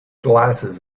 glasses